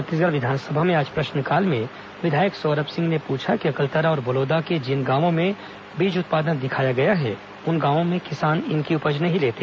छत्तीसगढ़ विधानसभा में आज प्रश्नकाल में विधायक सौरभ सिंह ने पूछा कि अकलतरा और बलौदा के जिन गांवों में बीज उत्पादन दिखाया गया है उन गांवों में किसान इनकी उपज नहीं लेते